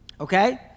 Okay